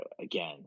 again